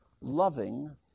loving